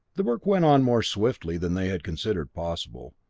the work went on more swiftly than they had considered possible,